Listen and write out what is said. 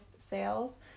sales